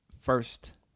first